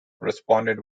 responded